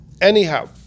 Anyhow